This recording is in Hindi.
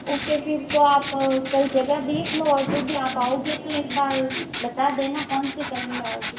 ओके फिर तो आप कल जगह देख लो और जब भी आप आओगे तो एक बार बता देना कौन से टाइम में आओगे